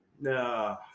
No